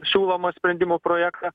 siūlomą sprendimo projektą